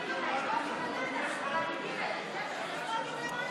למעלה, נא לעלות למקום הישיבה ביציע למעלה.